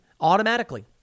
automatically